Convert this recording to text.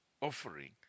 offering